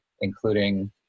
including